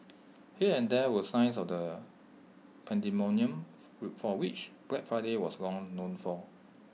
here and there were signs of the pandemonium for which Black Friday was long known for